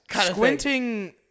Squinting